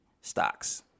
stocks